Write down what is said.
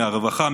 מהרווחה,